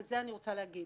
וזה אני רוצה להגיד,